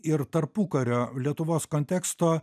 ir tarpukario lietuvos konteksto